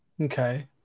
okay